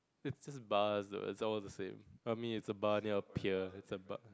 it's just bars though it's all the same I mean it's a bar near the pier it's a bar